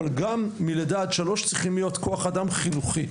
אבל גם מלידה עד שלוש צריכים להיות כוח אדם חינוכי.